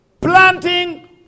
Planting